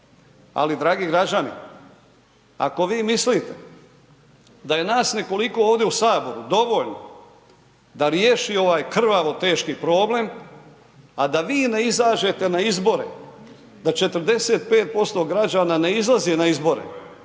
Ali dragi građani, ako vi mislite da je nas nekoliko ovdje u HS dovoljno da riješi ovaj krvavo teški problem, a da vi ne izađete na izbore, da 45% građana ne izlazi na izbore,